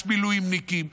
יש מילואימניקים,